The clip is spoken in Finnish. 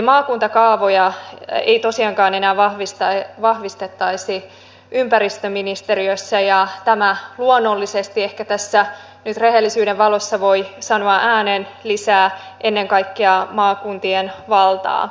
maakuntakaavoja ei tosiaankaan enää vahvistettaisi ympäristöministeriössä ja tämä luonnollisesti ehkä tässä nyt rehellisyyden valossa voi sanoa ääneen lisää ennen kaikkea maakuntien valtaa